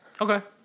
Okay